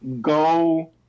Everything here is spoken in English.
go